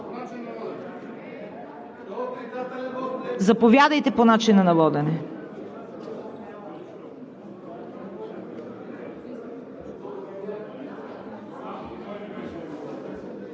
Заповядайте по начина на водене.